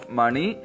money